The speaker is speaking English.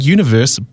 Universe